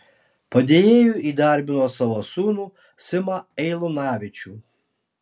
padėjėju įdarbino savo sūnų simą eilunavičių